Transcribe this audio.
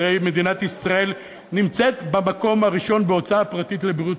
הרי מדינת ישראל נמצאת במקום הראשון בהוצאה פרטית לבריאות,